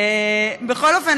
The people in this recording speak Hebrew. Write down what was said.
בכל אופן,